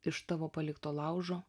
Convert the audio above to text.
iš tavo palikto laužo